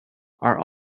are